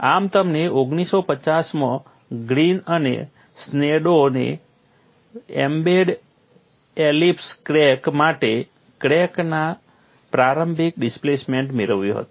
આમ તમને 1950 માં ગ્રીન અને સ્નેડડોને એમ્બેડ એલિપ્સ ક્રેક માટે ક્રેકના પ્રારંભિક ડિસ્પ્લેસમેંટ મેળવ્યું હતું